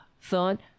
thought